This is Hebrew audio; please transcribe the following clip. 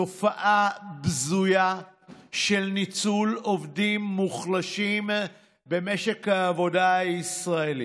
תופעה בזויה של ניצול עובדים מוחלשים במשק העבודה הישראלי.